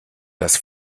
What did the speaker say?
das